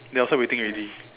they outside waiting already